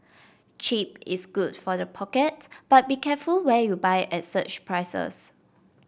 cheap is good for the pocket but be careful where you buy at such prices